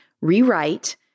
rewrite